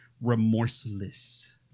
remorseless